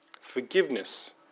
forgiveness